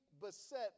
beset